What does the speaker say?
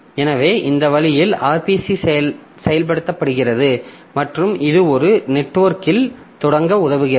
எனவே இந்த வழியில் RPC செயல்படுத்தப்படுகிறது மற்றும் இது ஒரு நெட்வொர்க்கில்த் தொடங்க உதவுகிறது